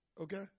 Okay